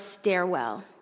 stairwell